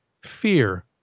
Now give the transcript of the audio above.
fear